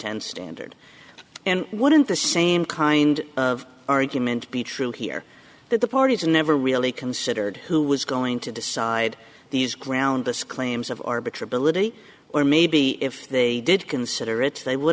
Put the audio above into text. intent standard and wouldn't the same kind of argument be true here that the parties never really considered who was going to decide these groundless claims of arbiter ability or maybe if they did consider it they would